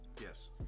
Yes